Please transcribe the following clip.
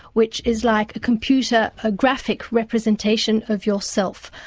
which is like a computer ah graphic representation of yourself.